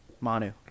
Manu